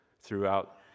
throughout